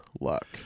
luck